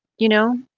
you know,